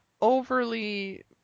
overly